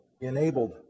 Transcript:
enabled